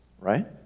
right